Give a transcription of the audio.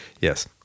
Yes